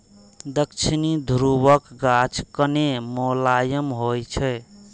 दक्षिणी ध्रुवक गाछ कने मोलायम होइ छै